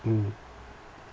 mm